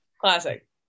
Classic